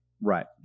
Right